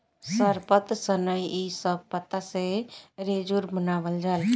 सरपत, सनई इ सब पत्ता से लेजुर बनावाल जाला